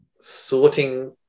sorting